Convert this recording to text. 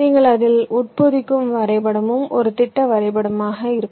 நீங்கள் அதில் உட்பொதிக்கும் வரைபடமும் ஒரு திட்ட வரைபடமாக இருக்கும்